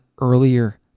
earlier